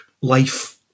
life